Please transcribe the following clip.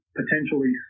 potentially